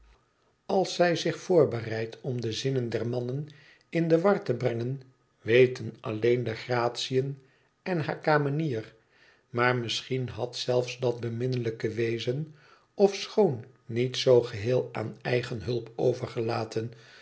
als zij zich voorbereidt om de zinnen der mannen in de war te brengen weten alleen de gratiën en hare kamenier maar misschien had zelfs dat beminnelijke wezen ofschoon niet zoo geheel aan eigen hulp overgelaten